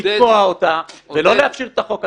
-- ולתקוע אותה, ולא לאפשר את החוק הזה.